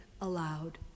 aloud